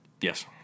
Yes